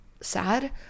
sad